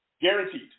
guaranteed